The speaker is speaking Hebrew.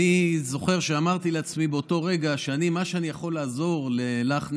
אני זוכר שאמרתי לעצמי באותו רגע שבמה שאוכל לעזור לך,